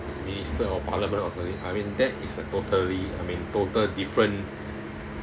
minister or parliament or something I mean that is a totally I mean total different